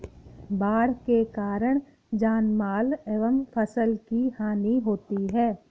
बाढ़ के कारण जानमाल एवं फसल की हानि होती है